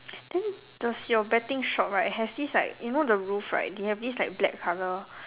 then does your betting shop right have this like you know the roof right they have this like black color